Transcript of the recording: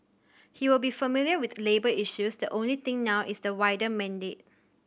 he will be familiar with labour issues the only thing now is the wider mandate